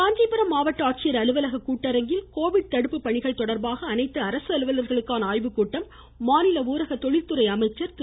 அன்பரசன் காஞ்சிபுரம் மாவட்ட ஆட்சியர் அலுவலக கூட்டரங்கில் கோவிட் தடுப்பு பணிகள் தொடர்பாக அனைத்து அரசு அலுவலர்களுக்கான ஆய்வுக்கூட்டம் மாநில ஊரக தொழில்துறை அமைச்சர் திரு